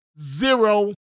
zero